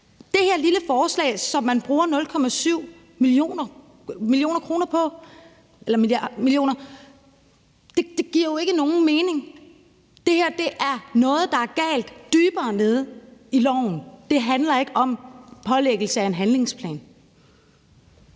Det her lille forslag, som man bruger 0,7 mio. kr. på, giver jo ikke nogen mening. Det her er noget, der er galt dybere nede i loven. Det handler ikke om pålæggelse af en handlingsplan.